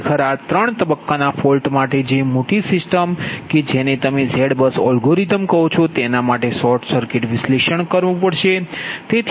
ખરેખર આ ત્રણ તબક્કાના ફોલ્ટ માટે જે મોટી સિસ્ટમ કે જેને તમે ઝેડ બસ અલ્ગોરિધમ કહો છો તેના માટે શોર્ટ સર્કિટ વિશ્લેષણ કરવુ પડશે